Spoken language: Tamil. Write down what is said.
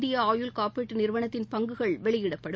இந்திய ஆயுள் காப்பீட்டு நிறுவனத்தின் பங்குகள் வெளியிடப்படும்